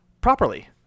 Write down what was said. properly